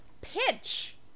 Pitch